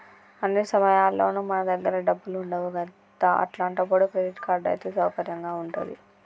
అన్ని సమయాల్లోనూ మన దగ్గర డబ్బులు ఉండవు కదా అట్లాంటప్పుడు క్రెడిట్ కార్డ్ అయితే సౌకర్యంగా ఉంటది